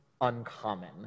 uncommon